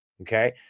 Okay